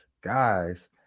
Guys